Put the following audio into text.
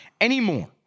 anymore